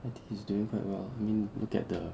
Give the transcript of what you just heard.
I_T is doing quite well I mean look at the